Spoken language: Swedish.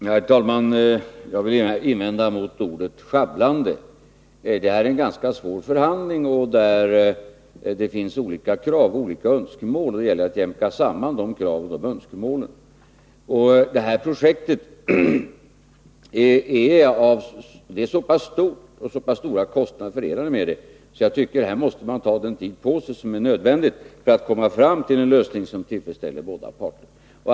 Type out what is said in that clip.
Herr talman! Jag vill invända mot ordet sjabblande. Det är här fråga om en ganska svår förhandling, och det finns olika krav och önskemål. Då gäller det att jämka samman kraven och önskemålen. Det här projektet är stort, och det är stora kostnader förenade med det. Man måste alltså ta den tid på sig som är nödvändig för att man skall kunna komma fram till en lösning som tillfredsställer båda parter.